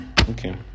Okay